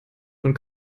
von